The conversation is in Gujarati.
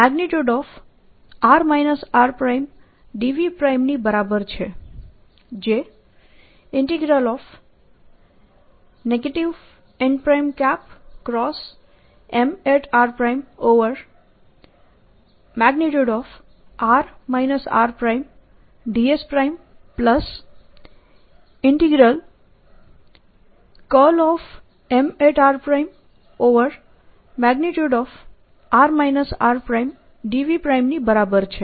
જે n×Mr|r r|dSMr|r r|dV ની બરાબર છે